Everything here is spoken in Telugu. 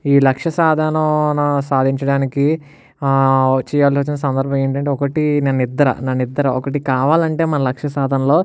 ఈ లక్ష్య సాధనను ను సాధించడానికి ఆ చెయ్యాల్సిన సంధర్బం ఏంటంటే ఒకటి నా నిద్దర నా నిద్దర ఒకటి కావాలంటే మన లక్ష్య సాధనలో